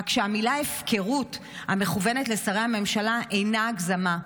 רק שהמילה הפקרות המכוונת לשרי הממשלה אינה הגזמה.